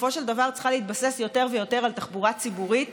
שבסופו של דבר צריכה להתבסס יותר ויותר על תחבורה ציבורית